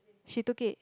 she took it